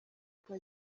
kwa